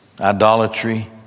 idolatry